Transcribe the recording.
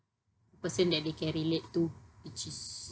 person that they can relate to which is